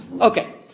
Okay